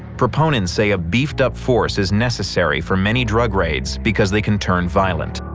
proponents say a beefed up force is necessary for many drug raids because they can turn violent.